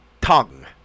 Tongue